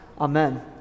Amen